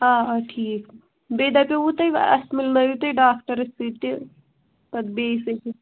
آ آ ٹھیٖک بیٚیہِ دَپیو وٕ تۄہہِ اَسہِ مِلنٲیو تُہۍ ڈاکٹَرَس سۭتۍ تہِ پَتہٕ بیٚیِس أکِس